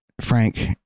Frank